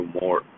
more